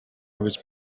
was